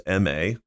MA